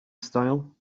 style